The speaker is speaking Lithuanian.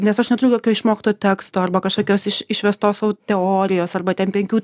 nes aš neturiu jokio išmokto teksto arba kažkokios iš išvestos teorijos arba ten penkių